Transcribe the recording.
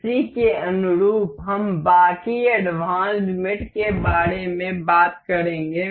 उसी के अनुरूप हम बाकी एडवांस्ड मेट के बारे में बात करेंगे